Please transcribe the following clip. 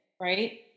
right